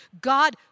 God